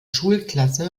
schulklasse